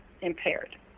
impaired